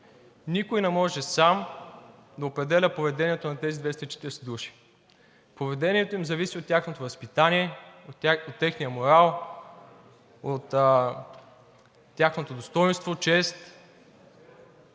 Никой не може сам да определя поведението на тези 240 души. Поведението им зависи от тяхното възпитание, от техния морал, от тяхното достойнство, чест